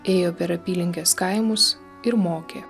ėjo per apylinkės kaimus ir mokė